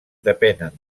depenen